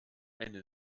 eine